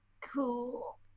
Cool